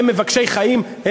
הם מבקשי חיים,